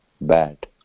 bad